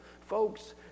Folks